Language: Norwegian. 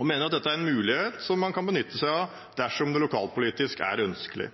og mener dette er en mulighet man kan benytte seg av dersom det lokalpolitisk er ønskelig.